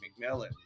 McMillan